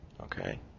Okay